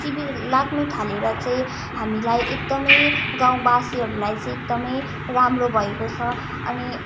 शिविर लाग्नु थालेर चाहिँ हामीलाई एकदमै गाउँवासीहरूलाई चाहिँ एकदमै राम्रो भएको छ अनि